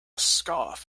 scarf